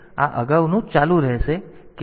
તેથી આ અગાઉના ચાલુ રહેશે કેટલાક હશે